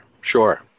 sure